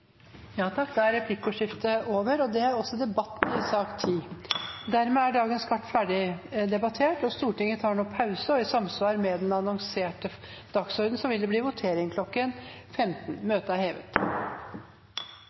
sak nr. 10. Dermed er dagens kart ferdigbehandlet. Stortinget tar nå pause, og i samsvar med den annonserte dagsordenen vil det bli votering kl. 15.